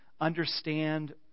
understand